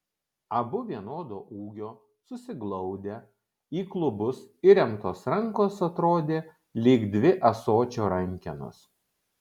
abu vienodo ūgio susiglaudę į klubus įremtos rankos atrodė lyg dvi ąsočio rankenos